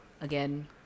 Again